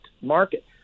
market